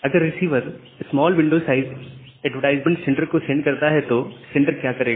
अगर receiver small window size advertisement sender को send करता है तो सेंडर क्या करेगा